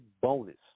bonus